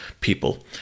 people